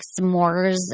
s'mores